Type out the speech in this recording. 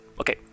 Okay